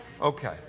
Okay